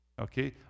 okay